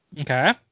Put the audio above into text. Okay